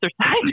exercise